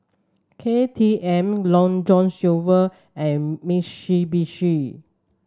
K T M Long John Silver and Mitsubishi